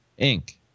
Inc